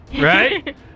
Right